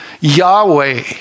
Yahweh